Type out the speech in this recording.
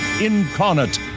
incarnate